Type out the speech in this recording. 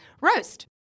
Roast